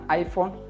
iPhone